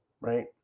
right